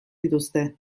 dituzte